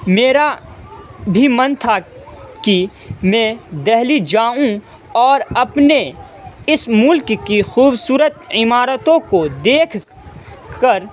میرا بھی من تھا کہ میں دہلی جاؤں اور اپنے اس ملک کی خوبصورت عمارتوں کو دیکھ کر